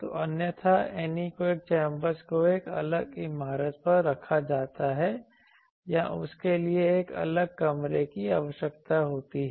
तो अन्यथा anechoic chambers को एक अलग इमारत पर रखा जाता है या उसके लिए एक अलग कमरे की आवश्यकता होती है